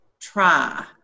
try